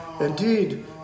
indeed